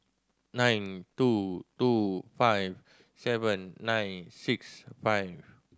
nine two two five seven nine six five